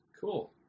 Cool